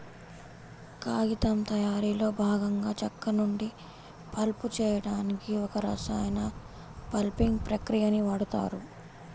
కాగితం తయారీలో భాగంగా చెక్క నుండి పల్ప్ చేయడానికి ఒక రసాయన పల్పింగ్ ప్రక్రియని వాడుతారు